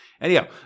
Anyhow